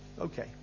Okay